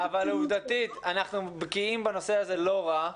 עובדתית, אנחנו בקיאים בנושא הזה לא רע.